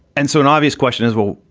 and so an obvious question is, well,